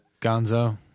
Gonzo